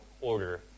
order